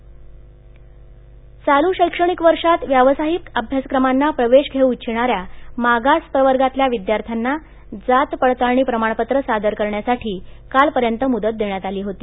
मुदत वाढः चालू शक्तिणिक वर्षात व्यावसायिक अभ्यासक्रमांना प्रवेश घेऊ इच्छिणाऱ्या मागास प्रवर्गातल्या विद्यार्थ्यांना जात पडताळणी प्रमाणपत्र सादर करण्यासाठी कालपर्यंत मुदत देण्यात आली होती